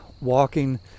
walking